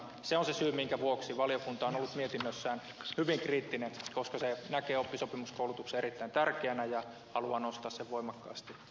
se on se syy minkä vuoksi valiokunta on ollut mietinnössään hyvin kriittinen koska se näkee oppisopimuskoulutuksen erittäin tärkeänä ja haluaa nostaa sen voimakkaasti esille